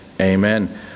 amen